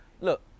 Look